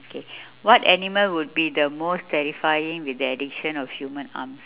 okay what animal would be the most terrifying with the addition of human arms